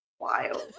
Wild